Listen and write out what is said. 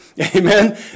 Amen